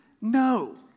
No